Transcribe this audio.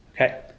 Okay